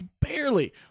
barely